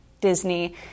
Disney